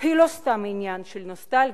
היא לא סתם עניין של נוסטלגיה,